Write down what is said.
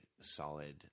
solid